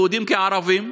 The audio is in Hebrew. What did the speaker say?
יהודים כערבים,